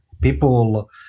People